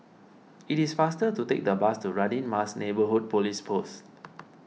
It is faster to take the bus to Radin Mas Neighbourhood Police Post